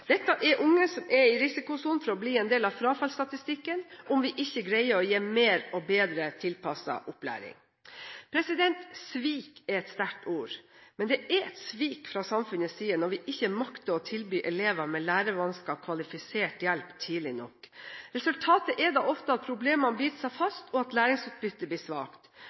Dette er unge som er i risikosonen for å bli en del av frafallsstatistikken, om vi ikke greier å gi mer og bedre tilpasset opplæring. «Svik» er et sterkt ord, men det er et svik fra samfunnets side når vi ikke makter å tilby elever med lærevansker kvalifisert hjelp tidlig nok. Resultatet er da ofte at problemene biter seg fast, og at læringsutbyttet blir svakt.